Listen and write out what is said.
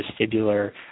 vestibular